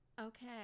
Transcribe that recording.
Okay